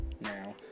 Now